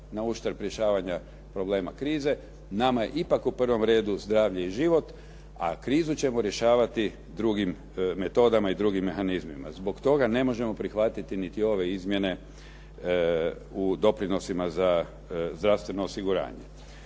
na uštrb rješavanja problema krize. Nama je ipak u prvom redu zdravlje i život, a krizu ćemo rješavati drugim metodama i drugim mehanizmima. Zbog toga ne možemo prihvatiti niti ove izmjene u doprinosima za zdravstveno osiguranje.